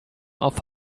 auf